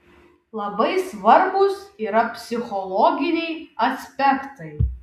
labai svarbūs yra psichologiniai aspektai